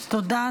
תודה.